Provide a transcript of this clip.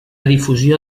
difusió